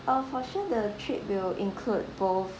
uh for sure the trip will include both